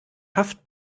haft